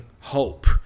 hope